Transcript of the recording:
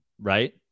Right